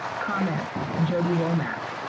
comment, jodie womack.